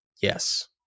Yes